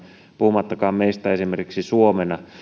puhumattakaan esimerkiksi suomesta